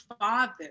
father